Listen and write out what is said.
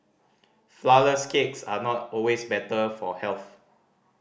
flourless cakes are not always better for health